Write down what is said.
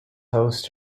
host